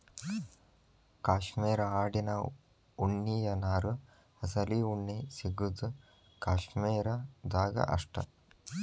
cashmere ಆಡಿನ ಉಣ್ಣಿಯ ನಾರು ಅಸಲಿ ಉಣ್ಣಿ ಸಿಗುದು ಕಾಶ್ಮೇರ ದಾಗ ಅಷ್ಟ